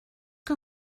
que